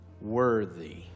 worthy